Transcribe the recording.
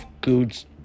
goods